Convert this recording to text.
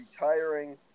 retiring